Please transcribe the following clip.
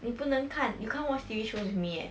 你不能看 you can't watch T_V shows with me eh